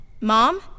Mom